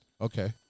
Okay